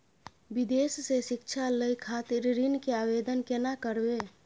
विदेश से शिक्षा लय खातिर ऋण के आवदेन केना करबे?